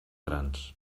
grans